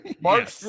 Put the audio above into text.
Mark